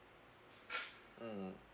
mm